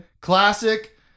Classic